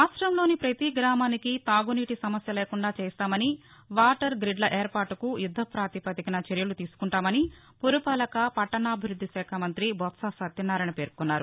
రాష్ట్లంలోని పతి గ్రామానికి తాగునీటి సమస్య లేకుండా చేస్తామని వాటర్ గ్రిడ్ల ఏర్పాటుకు యుద్ద ప్రాతిపదికన చర్యలు తీసుకుంటామని పురపాలక పట్టణాభివృద్ది శాఖ మంత్రి బొత్స సత్యనారాయణ పేర్కొన్నారు